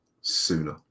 sooner